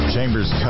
Chambers